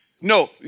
No